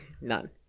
None